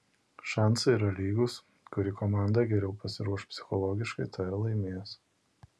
šansai yra lygūs kuri komanda geriau pasiruoš psichologiškai ta ir laimės